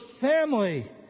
family